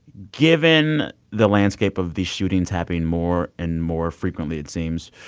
given the landscape of these shootings happening more and more frequently, it seems,